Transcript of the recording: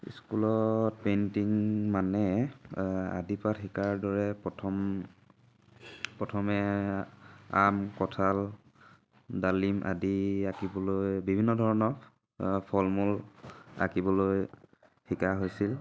স্কুলত পেইণ্টিং মানে আদিপাঠ শিকাৰ দৰে প্ৰথম প্ৰথমে আম কঁঠাল ডালিম আদি আঁকিবলৈ বিভিন্ন ধৰণৰ ফল মূল আঁকিবলৈ শিকা হৈছিল